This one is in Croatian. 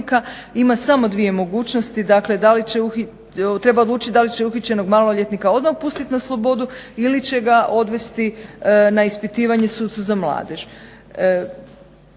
ima samo dvije mogućnosti dakle treba odlučiti da li će uhićenog maloljetnika odmah pustiti na slobodu ili će ga odvesti na ispitivanje sucu za mladež.